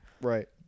Right